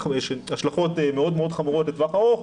להיות השלכות מאוד מאוד חמורות לטווח ארוך,